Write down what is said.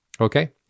Okay